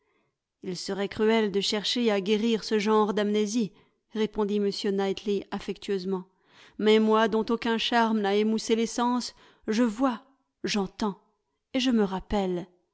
il serait cruel de chercher à guérir ce genre d'amnésie répondit m knightley affectueusement mais moi dont aucun charme n'a émoussé les sens je vois j'entends et je me rappelle